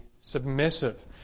submissive